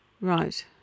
Right